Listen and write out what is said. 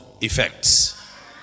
effects